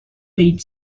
paid